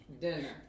Dinner